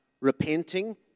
repenting